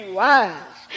wise